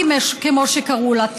כמו שקראו לה,